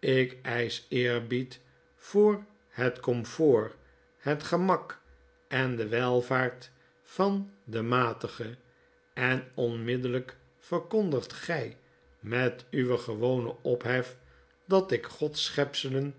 ik eisch eerbied voor het comfort het gemak en de welvaart van den matige en onmiddellijk verkondigt gij met uwen gewonen ophef dat ik gods schepselen